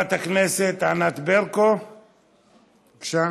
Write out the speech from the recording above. חברת הכנסת ענת ברקו, בבקשה.